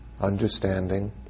understanding